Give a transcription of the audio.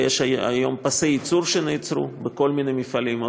ויש היום פסי ייצור שנעצרו בכל מיני מפעלים,